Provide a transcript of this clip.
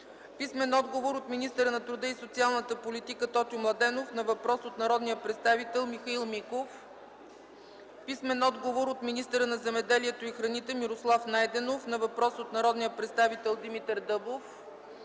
Яне Янев; - от министъра на труда и социалната политика Тотю Младенов на въпрос от народния представител Михаил Миков; - от министъра на земеделието и храните Мирослав Найденов на въпрос от народния представител Димитър Дъбов;